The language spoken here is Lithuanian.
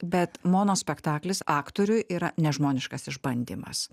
bet monospektaklis aktoriui yra nežmoniškas išbandymas